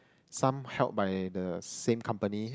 some held by the same company